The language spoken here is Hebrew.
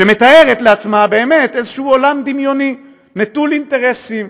שמתארת לעצמה באמת איזשהו עולם דמיוני נטול אינטרסים,